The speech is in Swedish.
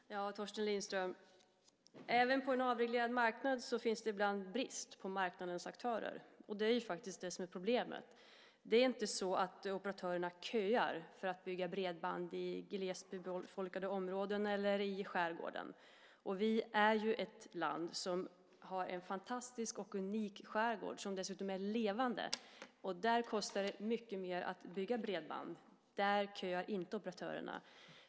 Fru talman! Torsten Lindström! Även på en avreglerad marknad finns det ibland brist på aktörer. Det är det som är problemet. Det är inte så att operatörerna köar för att bygga bredband i glesbefolkade områden och i skärgården. Sverige är ett land som har en fantastisk och unik skärgård som dessutom är levande. Där kostar det mycket mer att bygga bredband. Där köar inte operatörerna.